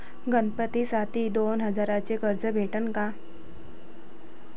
गणपतीसाठी दोन हजाराचे कर्ज भेटन का?